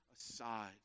aside